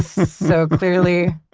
so clearly,